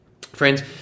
Friends